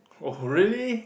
oh really